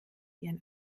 ihren